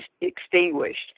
extinguished